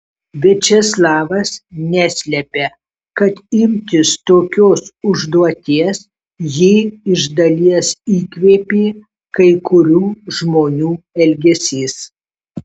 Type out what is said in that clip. viačeslavas neslepia kad imtis tokios užduoties jį iš dalies įkvėpė kai kurių žmonių elgesys